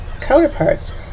counterparts